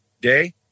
day